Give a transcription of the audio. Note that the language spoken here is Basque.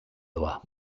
doa